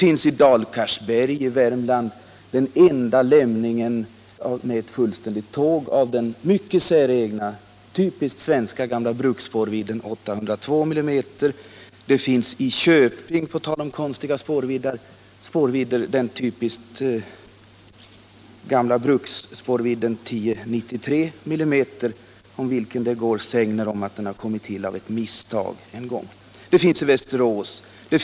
I Dalkarlsberg i Västmanland finns en lämning av ett tåg av den mycket säregna, typiskt svenska gamla bruksspårvidden 802 mm. På tal om konstiga spårvidder finns i Köping den gamla bruksspårvidden 1093 mm, om vilken det felaktigt sägs att den har kommit till av misstag. Det finns ett lok i Västerås.